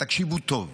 תקשיבו טוב,